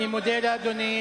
אני מודה לאדוני.